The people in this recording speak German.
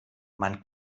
man